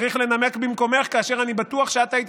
צריך לנמק במקומך כאשר אני בטוח שאת היית